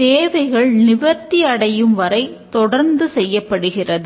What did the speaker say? தேவைகள் நிவர்த்தி அடையும்வரை தொடர்ந்து செய்யப்படுகிறது